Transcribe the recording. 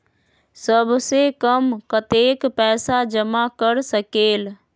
सबसे कम कतेक पैसा जमा कर सकेल?